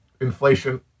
inflation